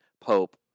Pope